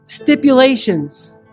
stipulations